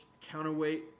counterweight